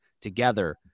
together